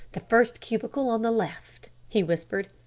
the first cubicle on the left, he whispered,